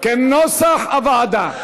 כנוסח הוועדה.